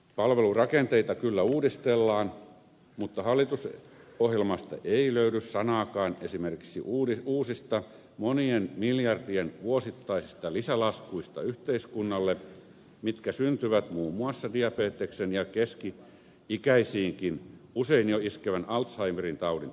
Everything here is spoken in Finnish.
palvelurakenteita kyllä uudistellaan mutta hallitusohjelmasta ei löydy sanaakaan esimerkiksi uusista monien miljardien vuosittaisista lisälaskuista yhteiskunnalle mitkä syntyvät muun muassa diabeteksen ja jo keski ikäisiinkin usein iskevän alzheimerin taudin takia